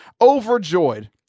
overjoyed